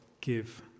give